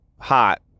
hot